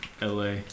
La